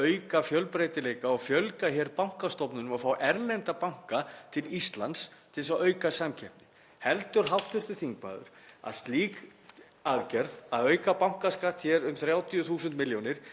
aðgerð, að auka bankaskatt um 30.000 milljónir, muni auka líkurnar á því sem hann hefur rætt hér ítrekað, að fá erlendar bankastofnanir hingað til þess að auka samkeppni á íslenskum bankamarkaði?